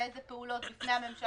לאילו פעולות בפני הממשלה,